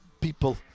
people